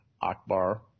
Akbar